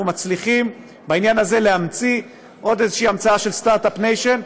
אנחנו מצליחים בעניין הזה להמציא עוד איזושהי המצאה של Startup Nation.